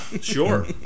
sure